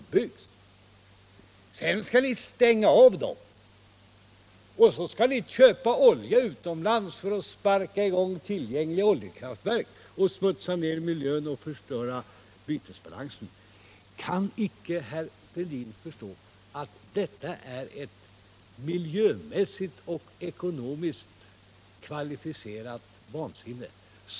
Sedan skall ni stänga av dem. Så skall ni köpa olja utomlands för att sätta i gång tillgängliga oljekraftverk, smutsa ned miljön och förstöra bytesbalansen. Kan icke herr Fälldin förstå att detta är ett miljömässigt och ekonomiskt kvalificerat vansinne?